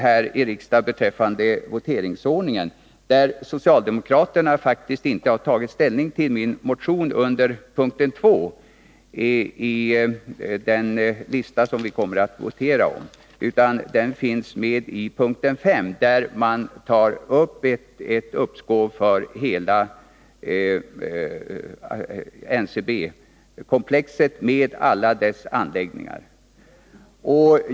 Socialdemokraterna har i sin reservation nämligen inte tagit ställning till min motion under mom. 2, där den återfinns på den lista enligt vilken vi skall votera, utan under mom. 5, som gäller fortsatt drift av vissa NCB-enheter.